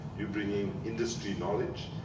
you bringing industry knowledge,